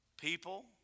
people